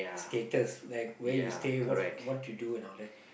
status like where you stay what what you do and all that